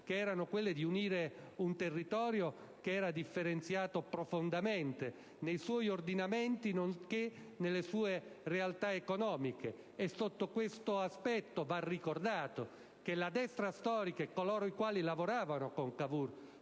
geografiche di unire un territorio profondamente differenziato nei suoi ordinamenti, nonché nelle sue realtà economiche. Sotto questo aspetto va ricordato che la Destra storica, e coloro i quali lavoravano con Cavour,